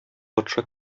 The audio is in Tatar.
патша